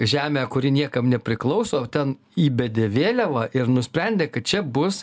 žemę kuri niekam nepriklauso ten įbedė vėliavą ir nusprendė kad čia bus